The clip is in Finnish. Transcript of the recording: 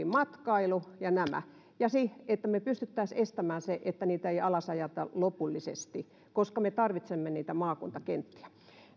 matkailu ja nämä ja sitten se että me pystyisimme estämään sen että niitä maakuntakenttiä ei alasajeta lopullisesti koska me tarvitsemme niitä